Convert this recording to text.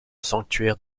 sanctuaire